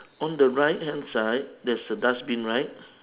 on the right hand side there's a dustbin right